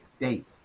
date